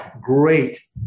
great